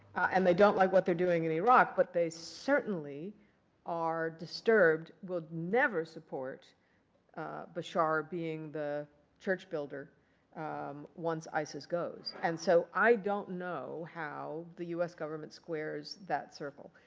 and they don't like what they're doing in iraq. but they certainly are disturbed, would never support bashar being the church builder once isis goes. and so i don't know how the us squares that circle.